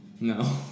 no